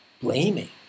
blaming